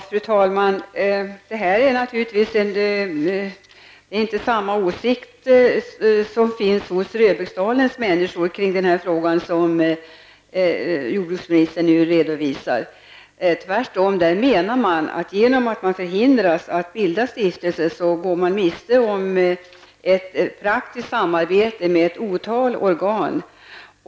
Fru talman! Människorna i Röbäcksdalen delar inte dessa åsikter, som jordbruksministern nu redovisade. I Röbäcksdalen menar man tvärtom att genom att man förhindras att bilda stiftelse går man miste om ett praktiskt samarbete med ett otal organ.